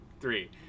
three